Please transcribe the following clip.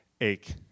ache